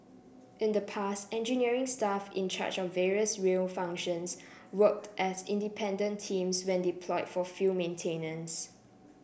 in the past engineering staff in charge of various rail functions worked as independent teams when deploy for field maintenance